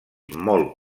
molt